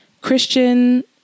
Christian